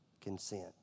consent